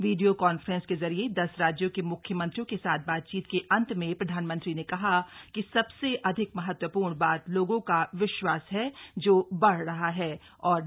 video conference के जरिये दस राज्यों के म्ख्यमंत्रियों के साथ बातचीत के अन्त में प्रधानमंत्री ने कहा कि सबसे अधिक महत्वपूर्ण बात लोगों का विश्वास है जो बढ़ रहा है और हो है